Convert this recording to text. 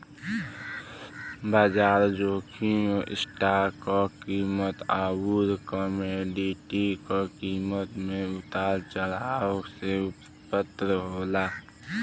बाजार जोखिम स्टॉक क कीमत आउर कमोडिटी क कीमत में उतार चढ़ाव से उत्पन्न होला